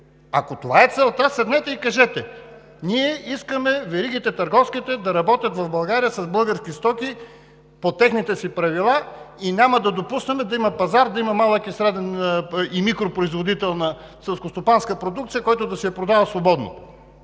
Ако това е целта, седнете и кажете: „Ние искаме търговските веригите да работят в България с български стоки по техните си правила и няма да допуснем да има пазар, да има малък, среден и микропроизводител на селскостопанска продукция, който да си я продава свободно."